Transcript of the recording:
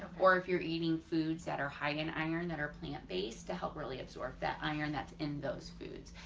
or if you're eating foods that are high in iron that are plant-based to help really absorb that iron that's in those foods.